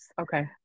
Okay